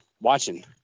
watching